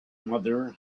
mother